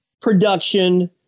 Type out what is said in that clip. production